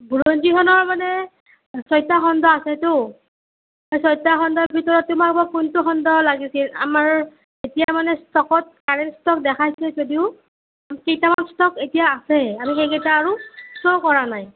বুৰঞ্জীখনৰ মানে ছটা খণ্ড আছেতো সেই ছটা খণ্ডৰ ভিতৰত তোমাৰ বা কোনটো খণ্ড লাগিছিল আমাৰ এতিয়া মানে ষ্টকত কাৰেণ্ট ষ্টক দেখাইছে যদিও কেইটামান ষ্টক এতিয়া আছেই আমি সেইকেইটা আৰু শ্ব' কৰা নাই